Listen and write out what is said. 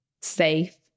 safe